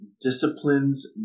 disciplines